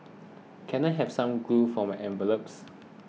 can I have some glue for my envelopes